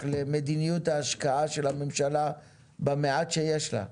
למדיניות ההשקעה של הממשלה במעט שיש לה.